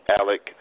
Alec